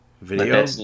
Video